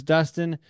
Dustin